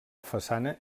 façana